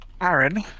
Aaron